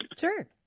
sure